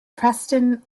preston